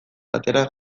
batera